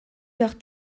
leur